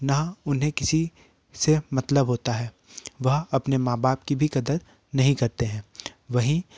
ना उन्हें किसी से मतलब होता है वह अपने माँ बाप की भी कदर नहीं करते हैं वहीं